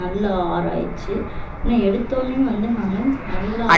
நல்லா ஆராய்ச்சி ஏன்னா எடுத்தவுடனே வந்து நான் நல்லா